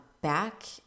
Back